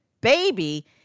baby